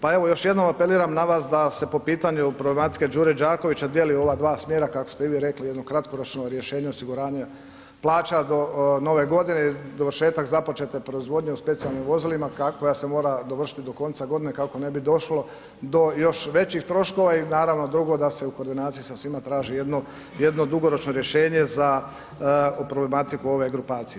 Pa evo još jednom apeliram na vas da se po pitanju problematike Đure Đakovića ako već ne dijeli u ova dva smjera kako ste vi rekli jedno kratkoročno rješenje osiguranja plaća od Nove godine, dovršetak započete proizvodnje u specijalnim vozilima koja se mora dovršiti do konca godine kako ne bi došlo do još većih troškova i naravno da se u koordinaciji sa svima traži jedno, jedno dugoročno rješenje za problematiku ove grupacije.